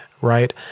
right